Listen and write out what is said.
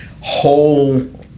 whole